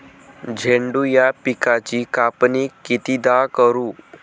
झेंडू या पिकाची कापनी कितीदा करू?